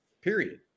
period